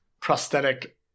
prosthetic